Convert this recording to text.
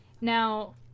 Now